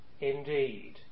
indeed